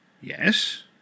Yes